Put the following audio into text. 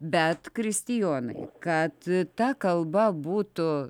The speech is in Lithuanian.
bet kristijonai kad ta kalba būtų